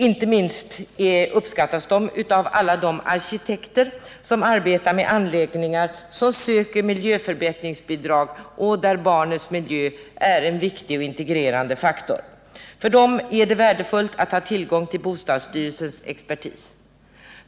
Inte minst uppskattas de av alla de arkitekter som arbetar med anläggningar och som söker miljöförbättringsbidrag och där barnens miljö är en viktig och integrerande faktor. För dem är det värdefullt att ha tillgång till bostadsstyrelsens expertis.